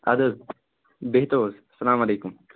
اَدٕ حظ بِہی تَو حظ سلام علیکُم